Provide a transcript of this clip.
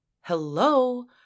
Hello